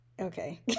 Okay